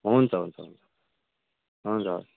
हुन्छ हुन्छ हुन्छ